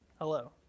Hello